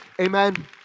Amen